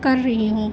کر رہی ہوں